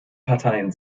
parteien